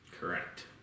Correct